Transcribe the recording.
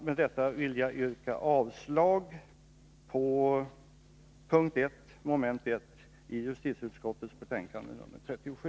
Med detta vill jag yrka avslag på utskottets hemställan vid punkt 1, mom. 1, i justitieutskottets betänkande nr 37.